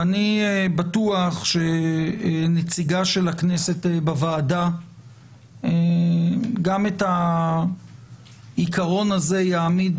ואני בטוח שנציגה של הכנסת בוועדה גם את העיקרון הזה יעמיד